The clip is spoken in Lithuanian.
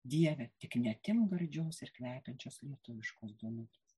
dieve tik neatimk gardžios ir kvepiančios lietuviškos duonutės